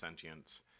sentience